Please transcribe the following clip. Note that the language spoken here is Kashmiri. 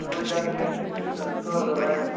تیٛوٗت جَلدی گَژھِ نہٕ کیٚنٛہہ زٕ ژور دۅہ لَگن